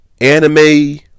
anime